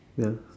ya